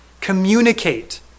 Communicate